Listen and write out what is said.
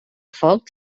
foc